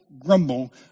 grumble